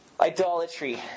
Idolatry